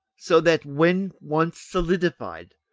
so that, when once solidified,